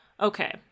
Okay